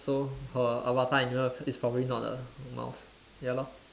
so her avatar you know is probably not a mouse ya lor